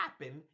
happen